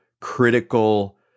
critical